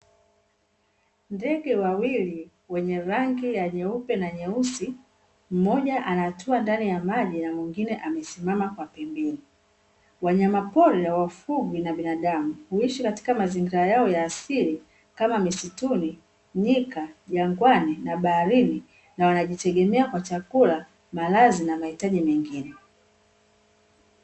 Ndege wawili wenye rangi ya nyeupe na nyeusi, mmoja anatua ndani ya maji na mwingine amesimama kwa pembeni. Wanyamapori hawafugwi na binadamu, huishi katika mazingira yao ya asili kama misituni, nyika, jangwani, na baharini, na wanajitegemea kwa chakula, malazi, na mahitaji mengine.